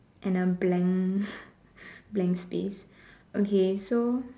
and a blank blank space okay so